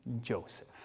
Joseph